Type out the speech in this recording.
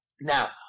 Now